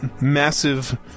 massive